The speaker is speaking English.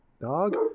dog